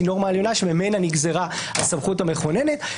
נורמה עליונה שממנה נגזרה הסמכות המכוננת.